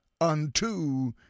unto